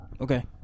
Okay